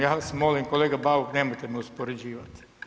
Ja vas molim kolega Bauk nemojte me uspoređivati.